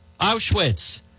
Auschwitz